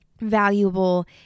valuable